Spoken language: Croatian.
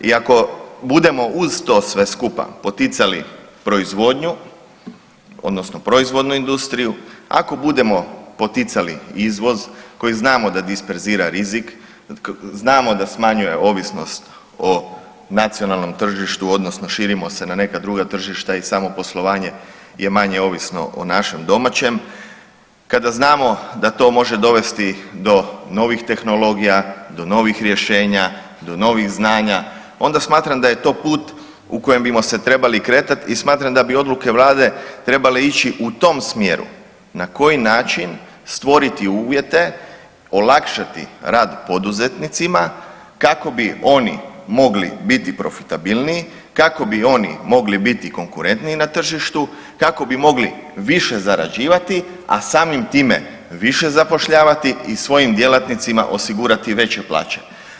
I ako budemo uz to sve skupa, poticali proizvodnju odnosno proizvodnu industriju, ako budemo poticali izvoz koji znamo da disperzira rizik, znamo da smanjuje ovisnost o nacionalnom tržištu, odnosno širimo se na neka druga tržišta i samo poslovanje je manje ovisno o našem domaćem, kada znamo da to može dovesti do novih tehnologija, do novih rješenja, do novih znanja, onda smatram da je to put u kojem bi se trebali kretati i smatram da bi odluke Vlade trebale ići u tom smjeru na koji način stvoriti uvjete, olakšati rad poduzetnicima, kako bi oni mogli biti profitabilniji, kako bi oni mogli biti konkurentniji na tržištu, kako bi mogli više zarađivati, a samim time više zapošljavati i svojim djelatnicima osigurati veće plaće.